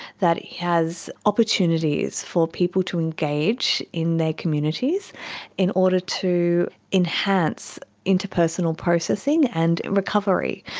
that has opportunities for people to engage in their communities in order to enhance interpersonal processing and recovery.